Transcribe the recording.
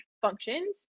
functions